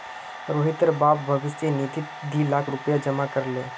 रोहितेर बाप भविष्य निधित दी लाख रुपया जमा कर ले